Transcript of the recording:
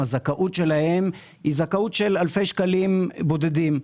הזכאות שלהם היא זכאות של אלפי שקלים בודדים,